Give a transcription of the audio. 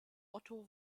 otto